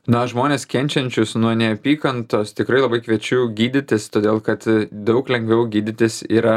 na žmones kenčiančius nuo neapykantos tikrai labai kviečiu gydytis todėl kad daug lengviau gydytis yra